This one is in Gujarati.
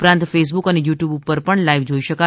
ઉપરાંત ફેસબુક અને યુ ટ્યુબ પર પણ લાઈવ જોઈ શકાશે